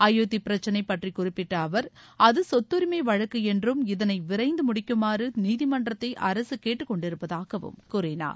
அயோத்தி பிரச்சினை பற்றி குறிப்பிட்ட அவர் அது சொத்தரிமை வழக்கு என்றும் இதனை விரைந்து முடிக்குமாறு நீதிமன்றத்தை அரசு கேட்டுக்கொண்டிருப்பதாகவும் கூறினார்